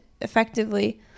effectively